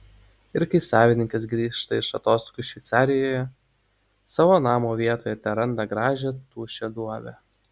ir kai savininkas grįžta iš atostogų šveicarijoje savo namo vietoje teranda gražią tuščią duobę